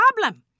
problem